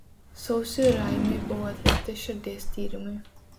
sausį raimiui buvo atlikti širdies tyrimai